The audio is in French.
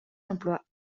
emplois